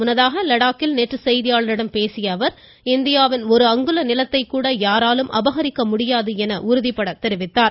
முன்னதாக லடாக்கில் நேற்று செய்தியாளர்களிடம் பேசிய அவர் இந்தியாவில் ஒரு அங்குல நிலத்தை கூட யாராலும் அபகரிக்க முடியாது என உறுதிபட தெரிவித்தார்